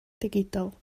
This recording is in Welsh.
digidol